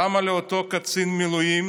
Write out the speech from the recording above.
למה לאותו קצין מילואים